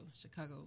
Chicago